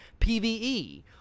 PvE